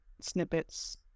Snippets